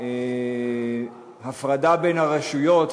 ההפרדה בין הרשויות,